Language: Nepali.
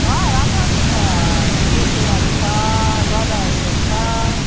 छ राम्रो राम्रो छ थुङ्गे फुलहरू छ गदावरीहरू छ